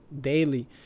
daily